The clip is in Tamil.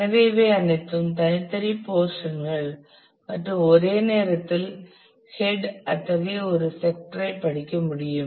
எனவே இவை அனைத்தும் தனித்தனி போர்சன் கள் மற்றும் ஒரே நேரத்தில் ஹெட் அத்தகைய ஒரு செக்டர் ஐ படிக்க முடியும்